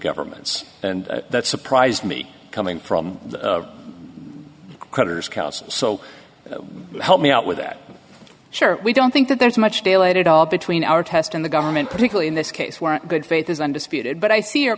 governments and that surprised me coming from creditors so help me out with that sure we don't think that there's much daylight at all between our test and the government particularly in this case weren't good faith is undisputed but i see your